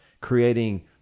creating